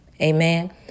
Amen